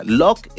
lock